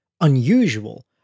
unusual